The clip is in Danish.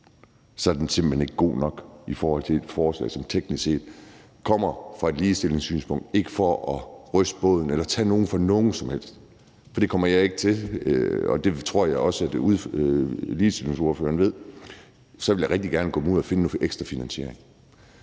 så er den simpelt hen ikke god nok i forhold til et forslag, som teknisk set kommer fra et ligestillingssynspunkt, ikke for at ryste båden eller tage noget fra nogen som helst. For det kommer jeg ikke til, og der tror jeg også, at ligestillingsordførerne ved, at jeg så rigtig gerne vil gå ud og finde noget ekstra finansiering.